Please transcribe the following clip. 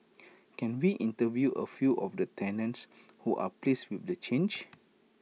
can we interview A few of the tenants who are pleased with the change